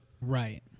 Right